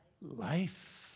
life